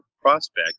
prospect